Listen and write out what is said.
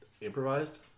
improvised